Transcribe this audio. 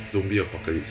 zombie apocalypse